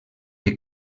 què